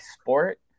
sport